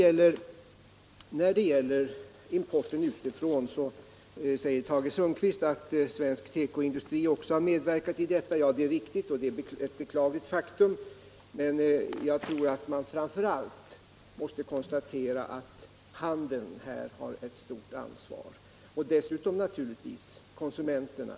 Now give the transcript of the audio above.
Tage Sundkvist säger att svensk tekoindustri också har medverkat till att öka importen. Det är riktigt, och det är ett beklagligt faktum, men jag tror att man framför allt måste konstatera att handeln har ett stort ansvar — och dessutom naturligtvis konsumenterna.